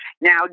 Now